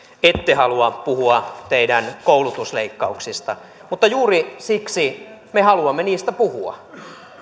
ette halua puhua teidän koulutusleikkauksistanne mutta juuri siksi me haluamme niistä puhua